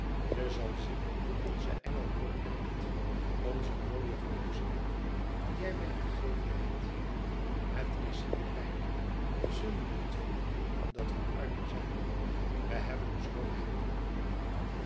je zal zien hoe onze engel er op lijkt onze mooie geluksengel dien jij me gegeven hebt het is hier rijk we zullen niet voelen dat we arm zijn we hebben zoo weinig noodig